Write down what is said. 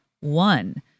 One